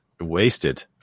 wasted